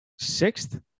sixth